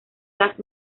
gas